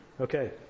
Okay